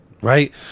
right